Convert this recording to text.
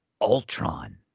Ultron